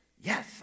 Yes